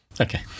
Okay